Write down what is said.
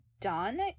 done